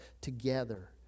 together